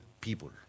people